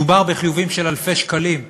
מדובר בחיובים של אלפי שקלים,